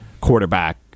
quarterback